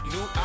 New